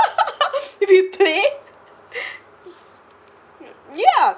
we play ya